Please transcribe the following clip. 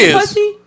pussy